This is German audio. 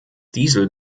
diesel